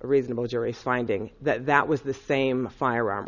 a reasonable jury finding that that was the same fire